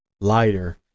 Lighter